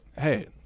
hey